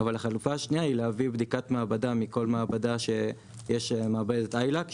אבל החלופה השנייה היא להביא בדיקת מעבדה מכל מעבדה שיש מעבדת ILAC,